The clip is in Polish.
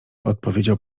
odpowiedział